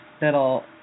that'll